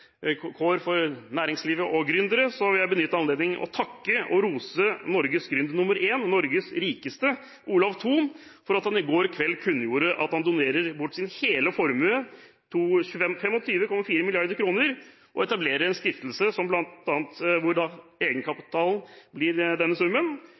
kår for næringslivet og gründere, vil jeg avslutningsvis benytte anledningen til å takke og rose Norges gründer nr. 1 og Norges rikeste, Olav Thon, for at han i går kveld kunngjorde at han donerer bort hele formuen sin – 25,4 mrd. kr – og etablerer en stiftelse.